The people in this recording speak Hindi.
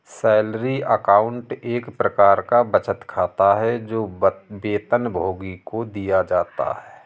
सैलरी अकाउंट एक प्रकार का बचत खाता है, जो वेतनभोगी को दिया जाता है